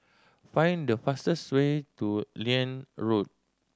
find the fastest way to Liane Road